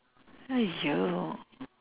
!aiyo!